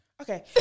Okay